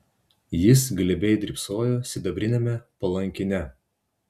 jis glebiai drybsojo sidabriniame palankine